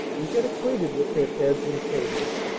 and get acquainted with their beds and tables,